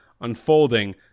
unfolding